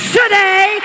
today